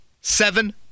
seven